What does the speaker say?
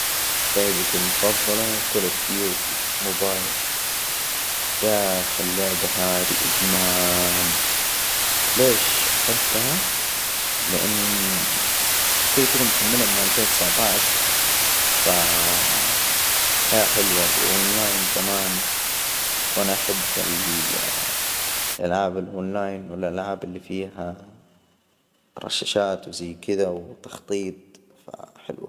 لعبتي المفضلة كول أوف ديوتي موبايل، يا أخي، اللعبة هذى إدمان. ليش أحبها؟ لأن كدا- كدا محملها من الفين وتسعة عشر ف الحياة حلوة وأون لاين كمان. وأنا أحب ال الألعاب الأون لاين والألعاب إللي فيها رشاشات وزي كدا وتخطيط ف حلوة.